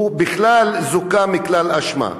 הוא בכלל זוכה מכלל אשמה.